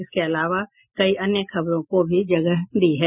इसके अलावा कई अन्य खबरों को भी जगह दी है